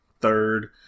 third